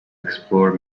explore